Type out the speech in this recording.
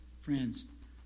friends